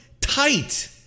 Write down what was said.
tight